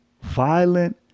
violent